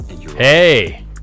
hey